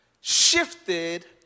shifted